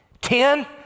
Ten